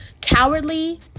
cowardly